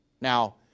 Now